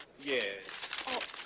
Yes